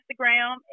Instagram